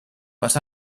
but